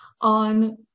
on